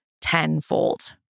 tenfold